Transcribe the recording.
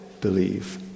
believe